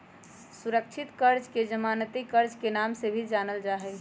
सुरक्षित कर्ज के जमानती कर्ज के नाम से भी जानल जाहई